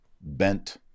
bent